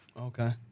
Okay